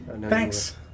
Thanks